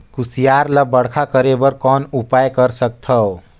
कुसियार ल बड़खा करे बर कौन उपाय कर सकथव?